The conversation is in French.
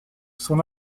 son